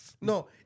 No